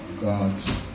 god's